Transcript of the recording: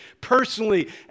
personally